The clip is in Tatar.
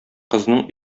кызның